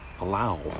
allow